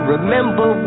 Remember